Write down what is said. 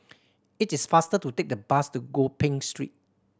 it is faster to take the bus to Gopeng Street